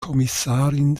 kommissarin